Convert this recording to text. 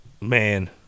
Man